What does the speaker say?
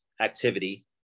activity